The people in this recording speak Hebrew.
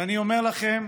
ואני אומר לכם: